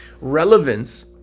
Relevance